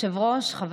כאן